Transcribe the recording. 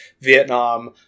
Vietnam